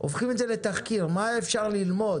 להפוך את זה לתחקיר, לראות מה אפשר ללמוד.